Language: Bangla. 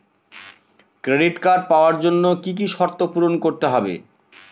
ক্রেডিট কার্ড পাওয়ার জন্য কি কি শর্ত পূরণ করতে হবে?